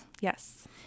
Yes